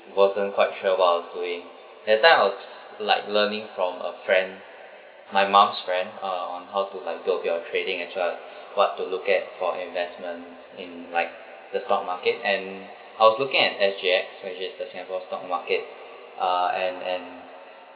wasn't quite sure what I was doing that time I was like learning from a friend my mom's friend uh on how to like go to your trading as well what to look at for investment in like the stock market and I was looking at S_G_X which is the singapore stock market ah and and